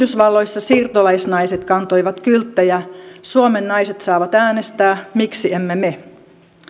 yhdysvalloissa siirtolaisnaiset kantoivat kylttejä suomen naiset saavat äänestää miksi emme me